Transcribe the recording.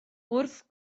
wrth